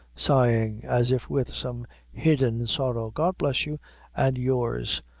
sighing, as if with some hidden sorrow god bless you and yours,